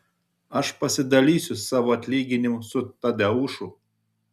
aš pasidalysiu savo atlyginimu su tadeušu